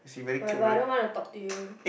whatever I don't want to talk to you